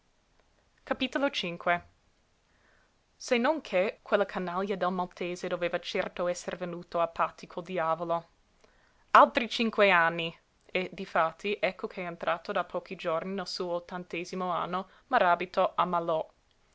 di quell'altro se non che quella canaglia del maltese doveva certo esser venuto a patti col diavolo altri cinque anni e difatti ecco che entrato da pochi giorni nel suo ottantesimo anno maràbito ammalò